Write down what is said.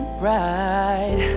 bright